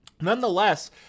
Nonetheless